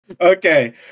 Okay